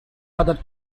other